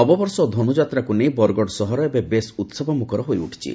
ନବବର୍ଷ ଓ ଧନୁଯାତ୍ରାକୁ ନେଇ ବରଗଡ଼ ସହର ଏବେ ବେଶ୍ ଉହବମୁଖର ହୋଇଉଠିଛି